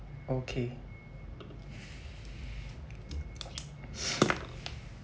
okay